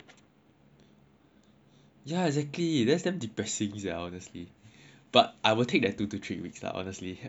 ya exactly that's damn depressing sia honestly but I will take that two to three weeks lah honestly I'll take whatever I can get lah